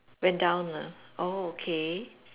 went down ah oh okay